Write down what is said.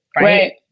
right